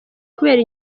kubera